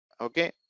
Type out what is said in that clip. Okay